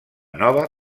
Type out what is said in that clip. nova